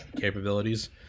capabilities